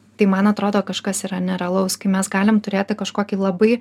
tai man atrodo kažkas yra nerealaus kai mes galim turėti kažkokį labai